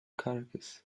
caracas